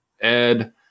Ed